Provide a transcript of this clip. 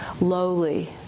lowly